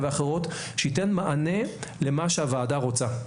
ואחרות שייתן מענה למה שהוועדה רוצה,